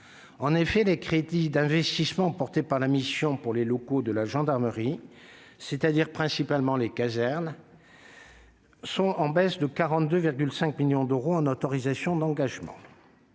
En effet, les crédits d'investissement portés par la mission pour les locaux de la gendarmerie, c'est-à-dire principalement les casernes, sont en baisse de 42,5 millions d'euros en autorisations d'engagement.